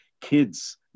kids